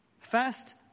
first